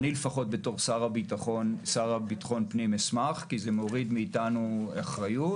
אני לפחות בתור השר לביטחון הפנים אשמח כי זה מוריד מאיתנו אחריות,